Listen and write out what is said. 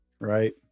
right